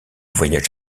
voyage